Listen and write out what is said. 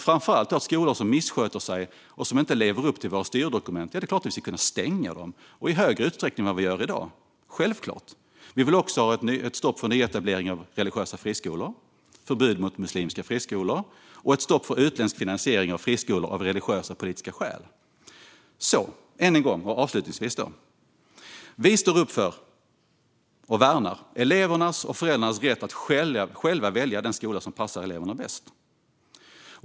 Framför allt ska vi i större utsträckning än i dag kunna stänga skolor som missköter sig och inte lever upp till våra styrdokument - självklart. Vi vill också ha ett stopp för nyetablering av religiösa friskolor, ett förbud mot muslimska friskolor och ett stopp för utländsk finansiering av friskolor av religiösa eller politiska skäl. Än en gång och avslutningsvis: Vi står upp för och värnar elevernas och föräldrarnas rätt att själva välja den skola som passar eleverna bäst.